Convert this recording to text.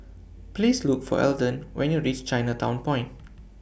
Please Look For Elden when YOU REACH Chinatown Point